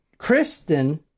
Kristen